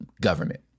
government